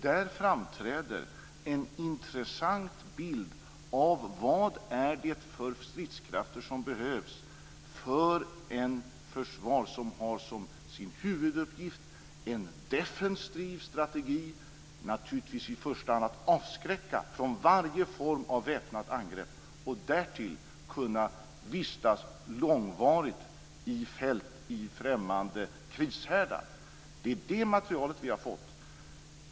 Där framträder en intressant bild av vad det är för stridskrafter som behövs för ett försvar som har en defensiv strategi som sin huvuduppgift, att naturligtvis i första hand avskräcka från varje form av väpnat angrepp och därtill kunna vistas långvarigt i fält i främmande krishärdar. Det är det materialet vi har fått.